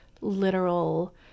literal